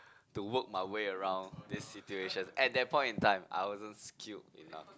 to work my way around this situation at that point in time I wasn't skilled enough